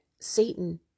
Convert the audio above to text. Satan